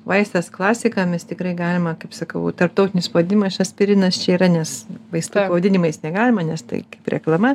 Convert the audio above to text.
vaistas klasika mes tikrai galima kaip sakau tarptautinis pavadinimas aspirinas čia yra nes vaistų pavadinimais negalima nes tai kaip reklama